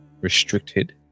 restricted